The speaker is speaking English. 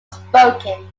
spoken